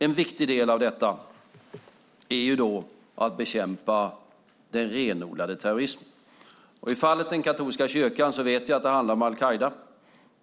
En viktig del av detta är att bekämpa den renodlade terrorismen. I fallet med den katolska kyrkan vet jag att det handlar om al-Qaida.